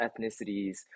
ethnicities